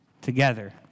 together